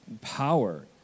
power